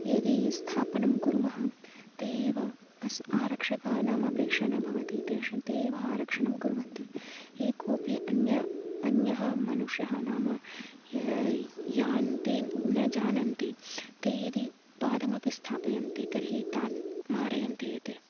यदि इ स्थापनं कुर्मः ते एव अस् आरक्षकाणाम् अपेक्षा न भवति तेषां ते एव आरक्षणं कुर्वन्ति एकोऽपि अन्यः अन्यः मनुष्यः नाम ये यान्ति न जानन्ति ते यदि पादमपि स्थापयन्ति तर्हि तान् मारयन्ति एते